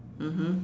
mmhmm